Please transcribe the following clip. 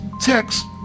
text